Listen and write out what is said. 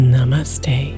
Namaste